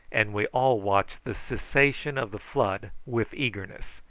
and we all watched the cessation of the flood with eagerness.